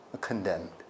condemned